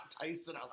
Tyson